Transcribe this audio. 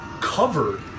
covered